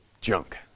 junk